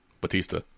Batista